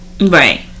right